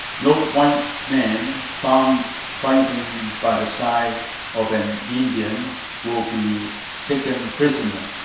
no white man found fighting by the side of an indian will be taken prisoner.